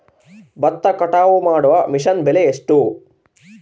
ಭತ್ತ ಕಟಾವು ಮಾಡುವ ಮಿಷನ್ ಬೆಲೆ ಎಷ್ಟು?